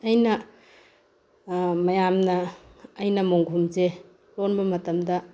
ꯑꯩꯅ ꯃꯌꯥꯝꯅ ꯑꯩꯅ ꯃꯣꯟꯈꯨꯝꯁꯦ ꯂꯣꯟꯕ ꯃꯇꯝꯗ